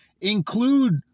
include